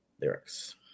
Lyrics